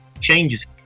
changes